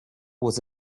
was